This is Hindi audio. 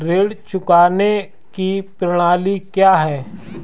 ऋण चुकाने की प्रणाली क्या है?